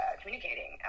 communicating